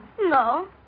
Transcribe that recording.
No